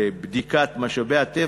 לבדיקת משאבי הטבע,